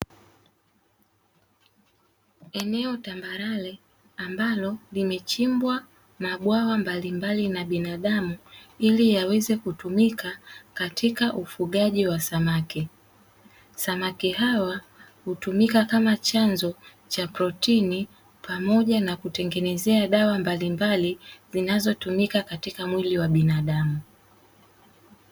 Eneo tambarare ambalo limechimbwa mabwawa mbalimbali na binadamu, ili yaweze kutumika katika ufugaji wa samaki. Samaki hawa hutumika kama chanzo cha protini pamoja na kutengenezea dawa mbalimbali; zinazotumika katika mwili wa binadamu.